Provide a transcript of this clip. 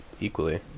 equally